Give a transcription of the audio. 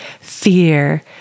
fear